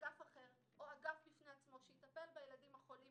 אגף אחר, או אגף בפני עצמו שיטפל בילדים החולים